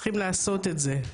צריכים לעשות את זה,